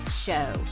show